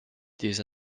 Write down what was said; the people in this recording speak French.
des